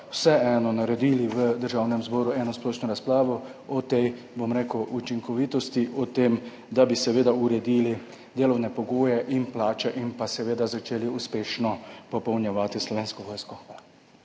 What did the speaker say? vseeno naredili v Državnem zboru eno splošno razpravo o tej učinkovitosti, o tem, da bi seveda uredili delovne pogoje, plače in seveda začeli uspešno popolnjevati Slovensko vojsko.